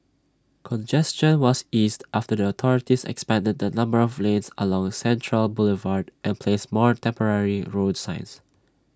congestion was eased after the authorities expanded the number of lanes along central Boulevard and placed more temporary road signs